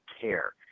care